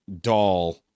doll